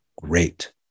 Great